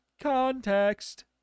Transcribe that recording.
context